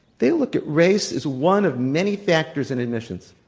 they look at race as one of many factors in admissions.